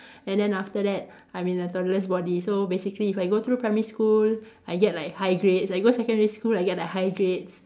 and then after that I'm in a toddler's body so basically if I go through primary school I get like high grades I go secondary school I get the high grade